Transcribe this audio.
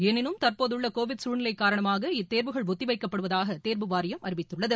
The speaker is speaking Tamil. எனினும் தற்போதுள்ள கோவிட் சூழ்நிலை காரணமாக இத்தேர்வுகள் ஒத்திவைக்கப்படுவதாக தேர்வு வாரியம் அறிவித்துள்ளது